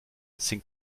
sind